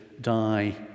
die